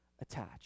attached